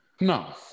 No